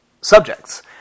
subjects